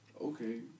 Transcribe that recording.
okay